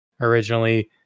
originally